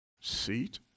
Seat